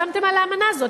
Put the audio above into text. הרי חתמתם על האמנה הזאת,